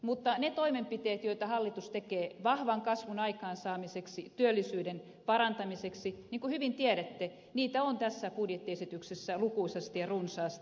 mutta niitä toimenpiteitä joita hallitus tekee vahvan kasvun aikaansaamiseksi työllisyyden parantamiseksi niin kuin hyvin tiedätte on tässä budjettiesityksessä lukuisasti ja runsaasti